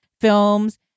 films